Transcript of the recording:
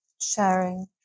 sharing